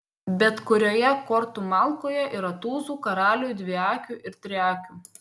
bet kurioje kortų malkoje yra tūzų karalių dviakių ir triakių